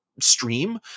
stream